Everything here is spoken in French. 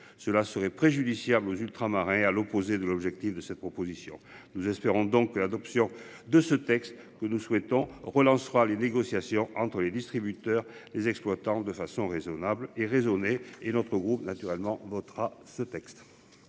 cela serait préjudiciable aux ultramarins à l'opposé de l'objectif de cette proposition. Nous espérons donc l'adoption de ce texte que nous souhaitons relancera les négociations entre les distributeurs les exploitants de façon raisonnable et raisonnée et notre groupe naturellement votera ce texte.